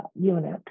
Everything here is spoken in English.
unit